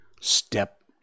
step